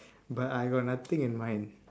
but I got nothing in mind